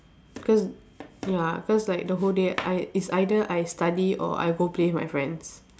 cause ya cause like the whole day I it's either I study or I go play with my friends